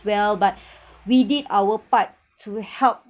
well but we did our part to help